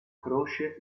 croce